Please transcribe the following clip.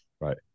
Right